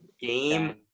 Game